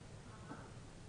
אז ברמה הלוגית צריך להבין,